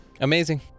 amazing